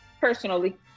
personally